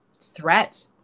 threat